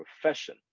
profession